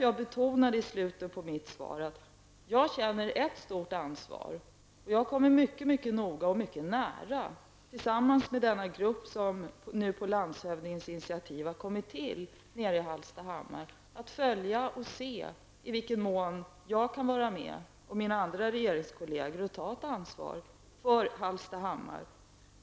Jag betonade i slutet av mitt svar att jag känner ett stort ansvar för situationen, och jag kommer mycket noga och mycket nära att tillsammans med denna grupp, som nu på landshövdingens initiativ har kommit till i Hallstahammar, att följa utvecklingen och se i vilken mån jag och mina regeringskolleger kan vara med och ta ett ansvar för Hallstahammar.